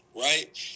right